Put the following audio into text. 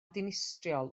dinistriol